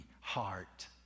heart